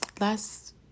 last